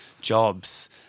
jobs